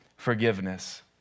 forgiveness